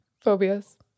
phobias